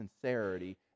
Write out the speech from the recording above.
sincerity